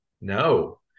No